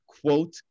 quote